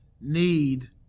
need